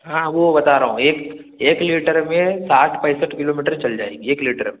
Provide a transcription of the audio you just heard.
हाँ वो बता रहा हूँ एक एक लीटर में साठ पैंसठ किलोमीटर चल जाएगी एक लीटर में